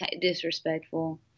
disrespectful